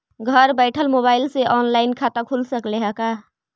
घर बैठल मोबाईल से ही औनलाइन खाता खुल सकले हे का?